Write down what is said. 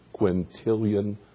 quintillion